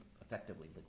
effectively